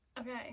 Okay